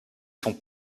sont